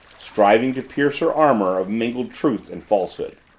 striving to pierce her armor of mingled truth and falsehood.